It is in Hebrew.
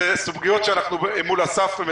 אלה סוגיות שאנחנו מדברים עליהן מול אסף.